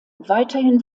weiterhin